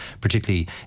particularly